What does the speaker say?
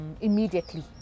Immediately